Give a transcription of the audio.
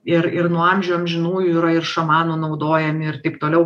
ir ir nuo amžių amžinųjų yra ir šamanų naudojami ir taip toliau